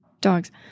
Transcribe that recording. dogs